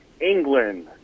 England